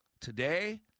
today